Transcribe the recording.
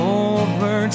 over